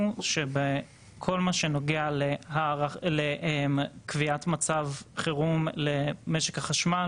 הוא שבכל מה שנוגע לקביעת מצב חירום למשק החשמל